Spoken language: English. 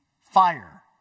fire